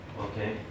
okay